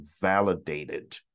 validated